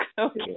Okay